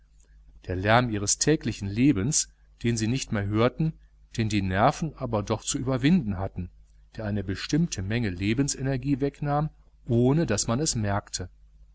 der lärm ihres täglichen lebens den sie nicht mehr hörten den die nerven aber doch zu überwinden hatten der eine bestimmte menge lebensenergie wegnahm ohne daß man es merkte